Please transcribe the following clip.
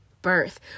birth